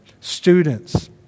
Students